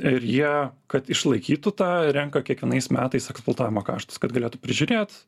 ir jie kad išlaikytų tą renka kiekvienais metais eksploatavimo kaštus kad galėtų prižiūrėt